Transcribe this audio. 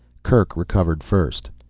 kerk recovered first.